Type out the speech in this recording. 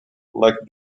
like